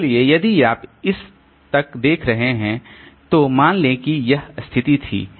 इसलिए यदि आप इस तक देख रहे हैं तो मान लें कि यह स्थिति थी